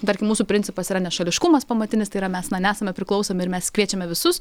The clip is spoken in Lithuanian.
tarkim mūsų principas yra nešališkumas pamatinis tai yra mes na nesame priklausomi ir mes kviečiame visus